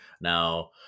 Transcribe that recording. now